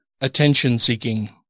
attention-seeking